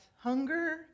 hunger